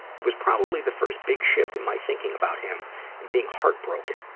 it was probably the first big shift in my thinking about him and being heartbroken,